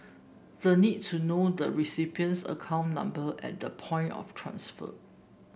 the need to know the recipient's account number at the point of transfer